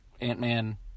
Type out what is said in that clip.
Ant-Man